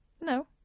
No